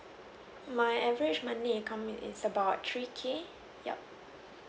my average monthly income is about three K yup